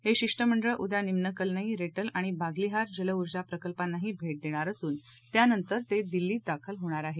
हे शिष्टमंडळ उद्या निम्न कलनई रेटल आणि बाग्लीहार जल उर्जा प्रकल्पांनाही भेट देणार असून त्यानंतर ते दिल्लीत दाखल होणार आहे